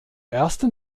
ersten